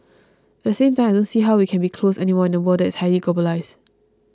at the same time I don't see how we can be closed anymore in a world is highly globalised